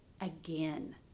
again